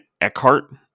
Eckhart